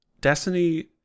Destiny